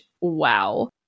wow